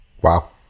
Wow